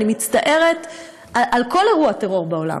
אני מצטערת על כל אירוע טרור בעולם,